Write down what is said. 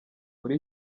muri